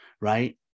right